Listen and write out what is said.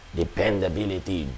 dependability